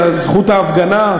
זכות ההפגנה,